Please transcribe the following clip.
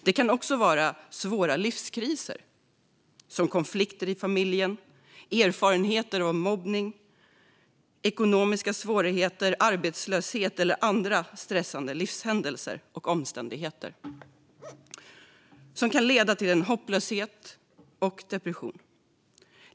Det kan också vara svåra livskriser, som konflikter i familjen, erfarenheter av mobbning, ekonomiska svårigheter, arbetslöshet eller andra stressande livshändelser och omständigheter som kan leda till hopplöshet och depression.